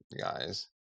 guys